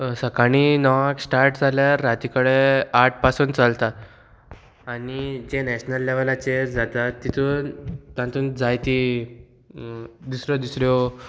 सकाळी णवांक स्टार्ट जाल्यार राती कडेन आठ पासून चलता आनी जे नॅशनल लेवलाचेर जाता तितून तातूंत जायती दुसऱ्यो दुसऱ्यो